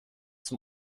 zum